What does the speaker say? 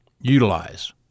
utilize